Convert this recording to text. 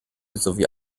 sowie